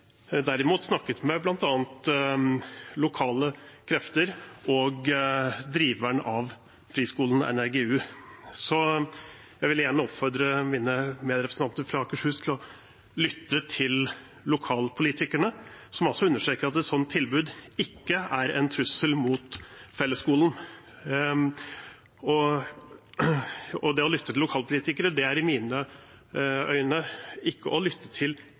derimot har jeg snakket med bl.a. lokale krefter og driveren av friskolen NRG-U. Så jeg vil igjen oppfordre mine medrepresentanter fra Akershus til å lytte til lokalpolitikerne, som altså understreker at et slikt tilbud ikke er en trussel mot fellesskolen. Og det å lytte til lokalpolitikere er i mine øyne ikke å lytte til